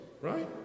right